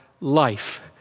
life